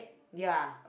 ya